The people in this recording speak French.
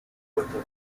pourrait